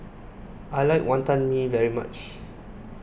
I like Wantan Mee very much